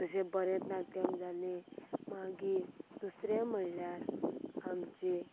जशें भरतनाट्यम जालें मागीर दुसरें म्हणल्यार आमची